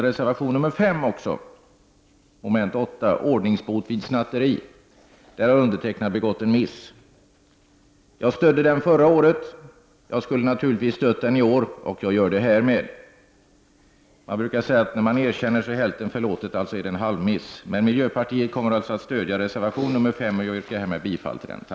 Reservation 5, som avser moment 8, berör ordningsbot vid snatteri. Det har där begåtts ett misstag av mig. Jag stödde reservationen förra året, jag vill naturligtvis stödja den även i år, och härmed gör jag också det. Man brukar säga att när man erkänner, så är hälften förlåtet; alltså är det fråga om ett halvt misstag. Miljöpartiet kommer således att stödja reservation nr 5, och jag yrkar härmed bifall till denna.